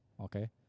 okay